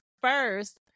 first